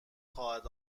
خواهد